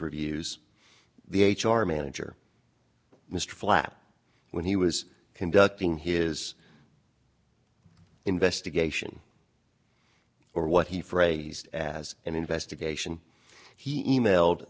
reviews the h r manager mr flap when he was conducting his investigation or what he phrased as an investigation he emailed